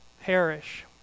perish